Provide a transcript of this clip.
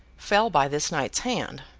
fell by this knight's hand.